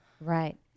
Right